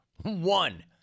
One